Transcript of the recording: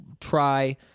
try